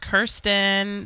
Kirsten